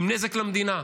עם נזק למדינה,